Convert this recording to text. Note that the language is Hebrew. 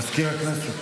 מזכיר הכנסת,